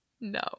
No